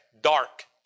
dark